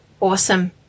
awesome